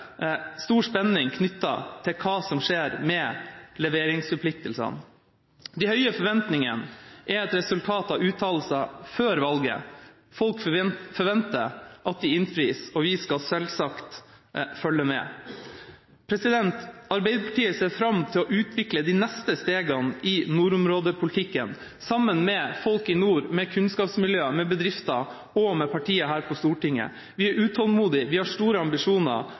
stor spenning knyttet til hva som skjer med leveringsforpliktelsene. De høye forventningene er et resultat av uttalelser før valget. Folk forventer at de innfris, og vi skal selvsagt følge med. Arbeiderpartiet ser fram til å utvikle de neste stegene i nordområdepolitikken sammen med folk i nord, med kunnskapsmiljøer, med bedrifter og med partier her på Stortinget. Vi er utålmodige, vi har store ambisjoner,